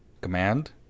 Command